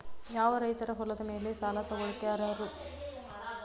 ಯಾವ ರೈತರು ಹೊಲದ ಮೇಲೆ ಸಾಲ ತಗೊಳ್ಳೋಕೆ ಅರ್ಹರು?